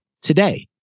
today